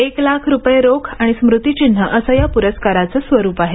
एक लाख रुपये रोख आणि स्मृतिचिन्ह असं या पुरस्काराचं स्वरूप आहे